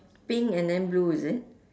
pink and then blue is it